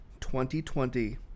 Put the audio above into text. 2020